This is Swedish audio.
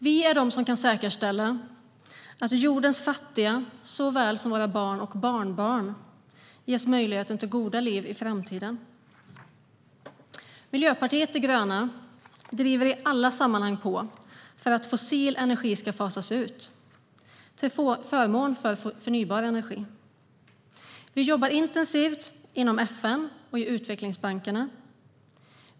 Vi är de som kan säkerställa att jordens fattiga, såväl som våra barn och barnbarn, ges möjligheten till goda liv i framtiden. Miljöpartiet de gröna driver i alla sammanhang på för att fossil energi ska fasas ut till förmån för förnybar energi. Vi jobbar intensivt inom FN och i utvecklingsbankerna.